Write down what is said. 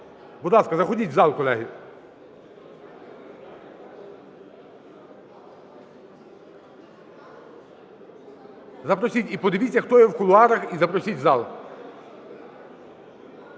Будь ласка, заходіть в зал, колеги. Запросіть і подивіться, хто є в кулуарах і запросіть в зал.